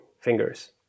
fingers